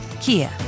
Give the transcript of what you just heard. Kia